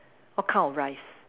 what kind of rice